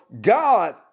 God